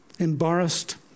Embarrassed